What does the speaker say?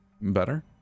Better